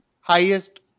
highest